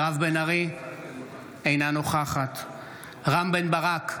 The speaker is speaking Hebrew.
אינה נוכחת רם בן ברק,